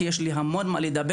כי יש לי המון מה לדבר,